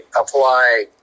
apply